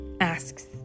asks